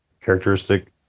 characteristic